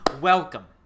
welcome